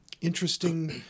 interesting